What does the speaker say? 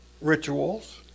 rituals